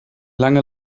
lange